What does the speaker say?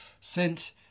sent